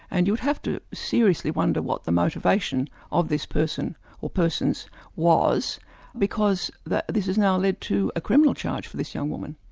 and you would have to seriously wonder what the motivation of this person or persons was because this has now led to a criminal charge for this young woman.